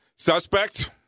suspect